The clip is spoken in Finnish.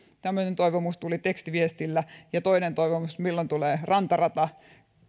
tämmöinen toivomus tuli tekstiviestillä ja toinen toivomus milloin tulee rantarata